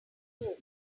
home